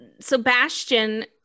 sebastian